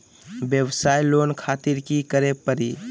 वयवसाय लोन खातिर की करे परी?